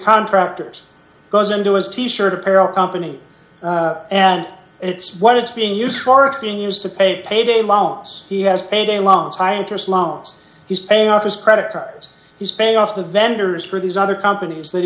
contractor's goes into his t shirt apparel company and it's what it's being used for it's being used to pay payday loans he has a lunch high interest loans he's paying off his credit cards he's paying off the vendors for these other companies that